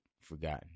forgotten